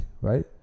right